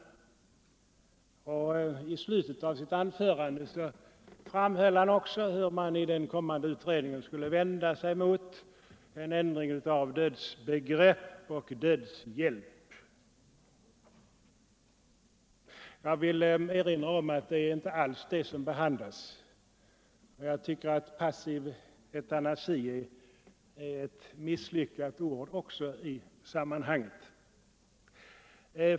I slutet av sitt anförande framhöll herr Karlsson också att man i den kommande utredningen skulle vända sig mot en ändring av dödsbegreppet och mot dödshjälp. Jag vill erinra om att det inte alls är det som behandlas. Jag tycker också att ”passiv eutanasi” är ett misslyckat uttryck i sammanhanget.